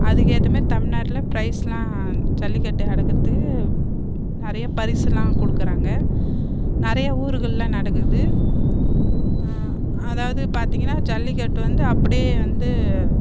அதுக்கேற்ற மாரி தமிழ்நாட்டில் ப்ரைஸ் எல்லாம் ஜல்லிக்கட்டு அடக்குறத்துக்கு நிறைய பரிசு எல்லாம் கொடுக்குறாங்க நிறைய ஊர்களில் நடக்குது அதாவது பார்த்திங்கன்னா ஜல்லிக்கட்டு வந்து அப்டே வந்து